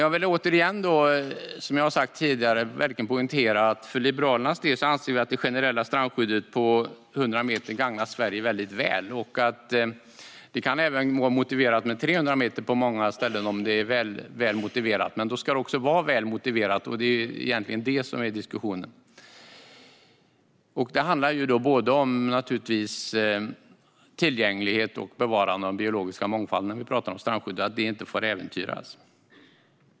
Jag vill återigen poängtera att Liberalerna anser att det generella strandskyddet på 100 meter har gagnat Sverige. Det kan även vara motiverat med 300 meter på många ställen, men då ska det vara väl motiverat. Det är egentligen detta diskussionen gäller. När vi pratar om strandskyddet handlar det om både tillgänglighet och bevarande av den biologiska mångfalden, som inte får äventyras.